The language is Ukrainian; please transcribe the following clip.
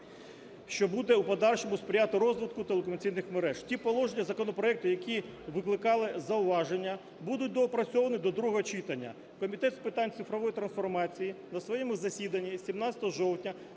що буде у подальшому сприяти розвитку телекомунікаційних мереж. Ті положення законопроекту, які викликали зауваження, будуть доопрацьовані до другого читання. Комітет з питань цифрової трансформації на своєму засіданні 17 жовтня